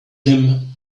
him